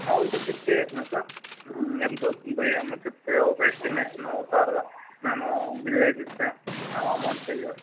అంతా చెక్ చేసేసినాక ఎంతవుతుంది భయ్యా అని చెప్తే ఒక ఎస్టిమేషన్ అవుతారుగా మేము బిల్ వేసిస్తే మేము అమౌంట్ పే చేస్తాం